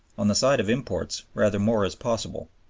on the side of imports, rather more is possible.